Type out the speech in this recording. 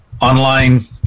online